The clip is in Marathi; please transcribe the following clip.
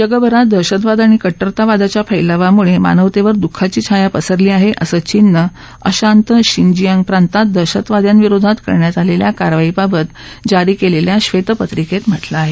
जगभरात दहशतवाद आणि कट्टरतावादाच्या फैलावामुळे मानवतेवर दुःखाची छाया पसरली आहे असं चीननं अशांत शिनजियांग प्रांतात दहशतवाद्यांविरोधात करण्यात आलेल्या कारवाईबाबत जारी केलेल्या ब्वेतपत्रिकेत म्हटलं आहे